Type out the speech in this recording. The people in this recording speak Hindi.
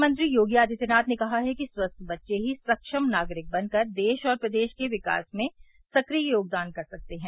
मुख्यमंत्री योगी आदित्यनाथ ने कहा है कि स्वस्थ्य बच्चे ही सक्षम नागरिक बनकर देश और प्रदेश के विकास में सक्रिय योगदान कर सकते हैं